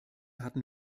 hatten